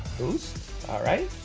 boost all right